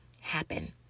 happen